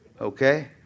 Okay